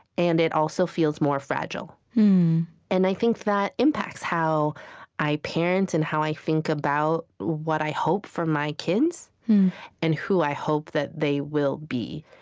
and it also feels more fragile and i think that impacts how i parent and how i think about what i hope for my kids and who i hope that they will be.